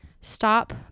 stop